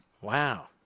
Wow